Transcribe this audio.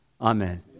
Amen